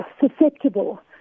susceptible